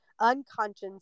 unconscious